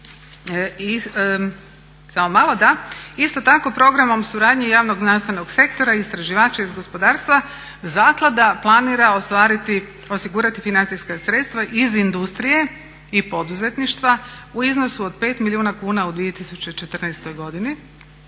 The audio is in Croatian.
"isto tako programom suradnje javnog znanstvenog sektora i istraživača iz gospodarstva zaklada planira osigurati financijska sredstva iz industrije i poduzetništva u iznosu od 5 milijuna kuna u 2014. godini,